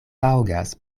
taŭgas